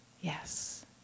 yes